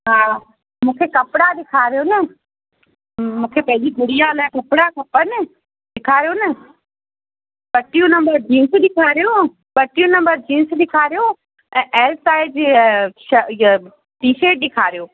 हा मूंखे कपिड़ा ॾेखारियो न मूंखे पंहिंजी गुड़िया लाइ कपिड़ा खपनि ॾेखारियो न ॿटीहो नंबर जींस ॾेखारियो ॿटीह नंबर जींस ॾेखारियो ऐं एल साइज़ इहे इहा टीशट ॾेखारियो